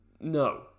no